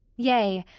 yea,